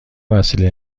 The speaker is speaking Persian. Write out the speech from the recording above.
وسیله